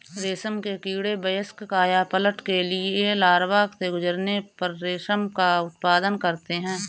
रेशम के कीड़े वयस्क कायापलट के लिए लार्वा से गुजरने पर रेशम का उत्पादन करते हैं